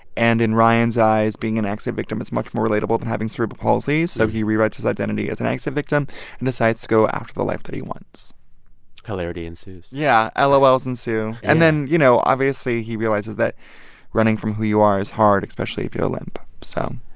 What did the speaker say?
and in ryan's eyes, being an accident victim is much more relatable than having cerebral palsy. so he rewrites his identity as an accident victim and decides to go after the life that he wants hilarity ensues yeah. ah lol's ensue yeah and then, you know, obviously, he realizes that running from who you are is hard, especially if you limp. so.